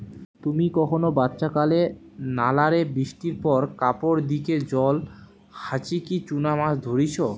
তুমি কখনো বাচ্চাকালে নালা রে বৃষ্টির পর কাপড় দিকি জল ছাচিকি চুনা মাছ ধরিচ?